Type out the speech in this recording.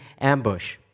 ambush